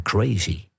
Crazy